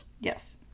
Yes